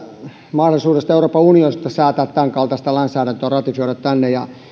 mahdollisuudesta euroopan unionissa säätää tämänkaltaista lainsäädäntöä ratifioida tänne ja